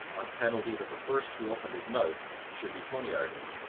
on penalty that the first who opened his mouth should be poniarded.